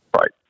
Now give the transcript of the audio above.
Right